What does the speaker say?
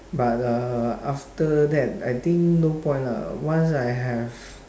but uh after that I think no point lah once I have